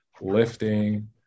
lifting